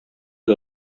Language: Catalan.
que